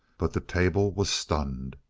but the table was stunned.